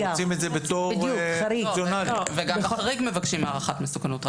גם לחריג מבקשים הערכת מסוכנות.